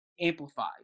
amplified